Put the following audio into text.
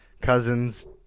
Cousins